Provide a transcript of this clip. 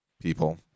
people